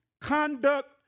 Conduct